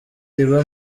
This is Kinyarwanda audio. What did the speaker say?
riba